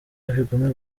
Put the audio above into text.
bigume